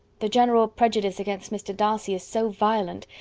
the general prejudice against mr. darcy is so violent,